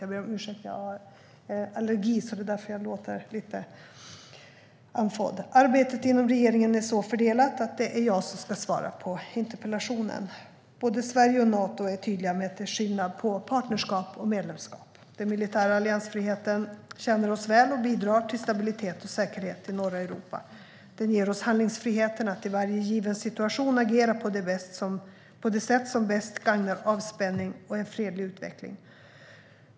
Arbetet inom regeringen är så fördelat att det är jag som ska svara på interpellationen. Både Sverige och Nato är tydliga med att det är skillnad på partnerskap och medlemskap. Den militära alliansfriheten tjänar oss väl och bidrar till stabilitet och säkerhet i norra Europa. Den ger oss handlingsfriheten att i varje given situation agera på det sätt som bäst gagnar avspänning och en fredlig utveckling.